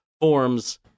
forms